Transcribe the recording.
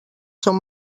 són